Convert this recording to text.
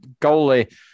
goalie